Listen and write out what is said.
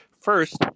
First